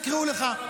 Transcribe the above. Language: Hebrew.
ויקראו לך.